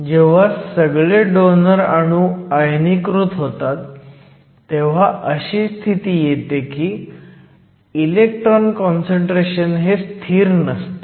जेव्हा सगळे डोनर अणू आयनीकृत होतात तेव्हा अशी स्थिती येते की इलेक्ट्रॉन काँसंट्रेशन हे स्थिर नसतं